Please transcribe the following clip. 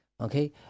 Okay